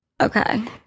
Okay